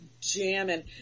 jamming